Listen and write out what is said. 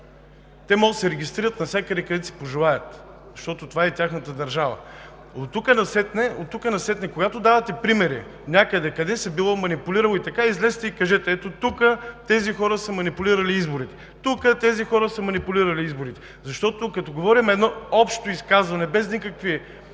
Те могат да се регистрират навсякъде, където си пожелаят, защото това е тяхната държава. Оттук насетне, когато давате примери къде се било манипулирало, излезте и кажете: ето тук, тези хора са манипулирали изборите. Тук тези хора са манипулирали изборите! Защото, като говорим, едно общо изказване, без никакви